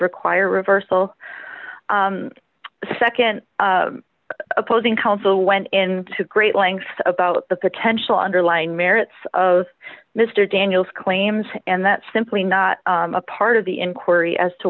require reversal second opposing counsel went into great length about the potential underlying merits of mr daniels claims and that's simply not a part of the inquiry as to